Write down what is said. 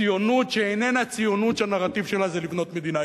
ציונות שאיננה ציונות שהנרטיב שלה זה לבנות מדינה,